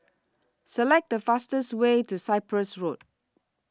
Select The fastest Way to Cyprus Road